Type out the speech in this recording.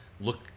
look